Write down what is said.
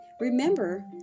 Remember